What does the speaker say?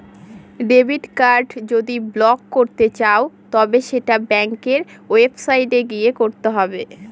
debit card যদি block করতে চাও তবে সেটা ব্যাঙ্কের ওয়েবসাইটে গিয়ে করতে হবে